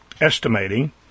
estimating